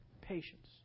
Patience